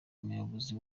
muyobozi